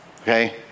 Okay